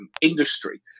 industry